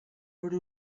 per